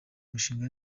mushinga